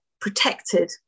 protected